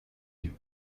yeux